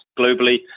globally